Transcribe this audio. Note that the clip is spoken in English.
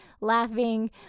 laughing